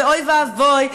ואוי ואבוי,